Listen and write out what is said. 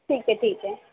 ठीक है ठीक है